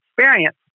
experience